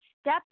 step